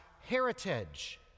heritage